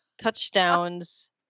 touchdowns